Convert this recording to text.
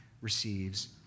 receives